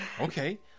Okay